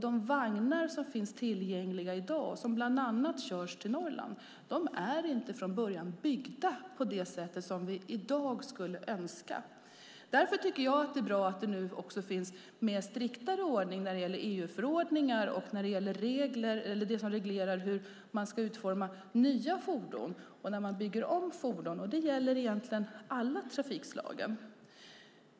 De vagnar som finns tillgängliga i dag och som bland annat körs till Norrland är inte från början byggda på det sätt som vi i dag skulle önska. Därför tycker jag att det är bra att det nu finns en striktare ordning med EU-förordningar och regler om vad som gäller när man ska utforma nya fordon och när man bygger om fordon. Det gäller egentligen alla trafikslag.